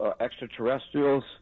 extraterrestrials